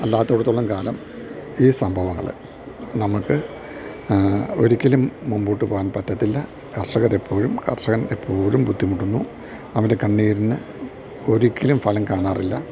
അല്ലാത്തിടത്തോളം കാലം ഈ സംഭവങ്ങൾ നമുക്ക് ഒരിക്കലും മുമ്പോട്ട് പോകാൻ പറ്റത്തില്ല കർഷകർ എപ്പോഴും കർഷകൻ എപ്പോഴും ബുദ്ധിമുട്ടുന്നു അവൻ്റെ കണ്ണീരിന് ഒരിക്കലും ഫലം കാണാറില്ല